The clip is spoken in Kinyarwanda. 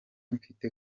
mfite